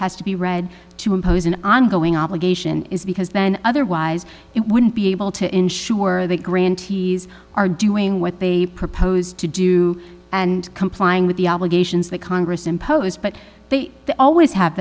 has to be read to impose an ongoing obligation is because then otherwise it wouldn't be able to ensure that grantees are doing what they propose to do and complying with the obligations that congress imposed but they always have